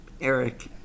Eric